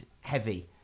heavy